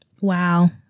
Wow